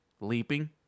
Leaping